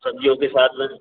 सब्ज़ियों के साथ में